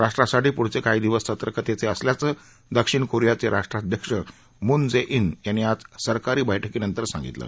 राष्ट्रासाठी पुढचे काही दिवस सतर्कतेचे असल्याचं दक्षिण कोरियाचे राष्ट्राध्यक्ष मून जे इन यांनी आज सरकारी बठ्कीनंतर सांगितलं